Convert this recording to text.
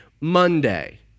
Monday